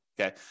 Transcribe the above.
Okay